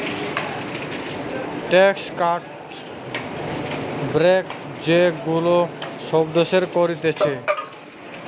tax cut, break যে গুলা সব দেশের করতিছে